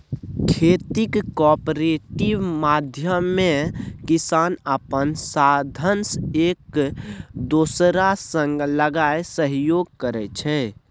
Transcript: खेतीक कॉपरेटिव माध्यमे किसान अपन साधंश एक दोसरा संग लगाए सहयोग करै छै